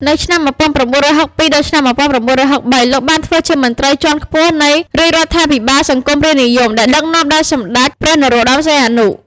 នៅឆ្នាំ ១៩៦២ ដល់ ១៩៦៣ លោកបានធ្វើជាមន្រ្តីជាន់ខ្ពស់នៃរាជរដ្ឋាភិបាលសង្គមរាស្រ្តនិយម ដែលដឹកនាំដោយសម្តេចព្រះ នរោត្តម សីហនុ។